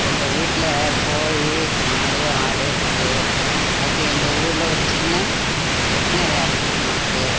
எங்கள் வீட்டில் கோழி மாடு ஆடு இருக்கு அதுக்கு எங்கள் ஊரில் ஒரு சின்ன வெட்னரி ஆஸ்பித்திரி இருக்கு